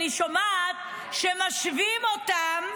אני שומעת שמשווים אותם,